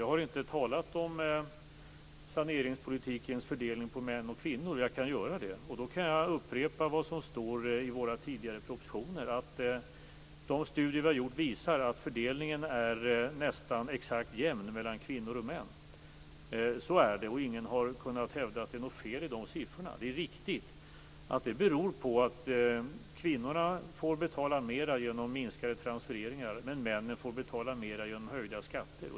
Jag har inte talat om saneringspolitikens fördelning på män och kvinnor. Jag kan göra det och upprepa vad det står i våra tidigare propositioner, nämligen att de studier vi har gjort visar att fördelningen är nästan exakt jämn mellan kvinnor och män. Ingen har kunnat hävda att det är något fel på de siffrorna. Det beror på att kvinnorna får betala mer på grund av minskade transfereringar men männen får betala mer genom höjda skatter.